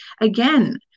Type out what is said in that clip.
Again